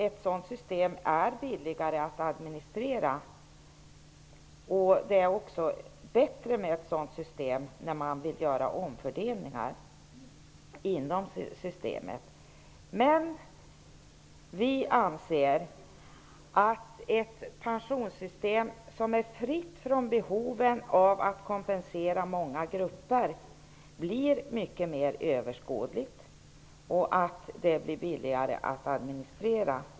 Ett sådant system är nämligen billigare att administrera, och det är också bättre med ett sådant system när man vill göra ofördelningar inom systemet. Men vi anser att ett pensionssystem som är fritt från behoven att kompensera många grupper blir mycket mer överskådligt och billigare att administrera.